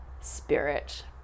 spirit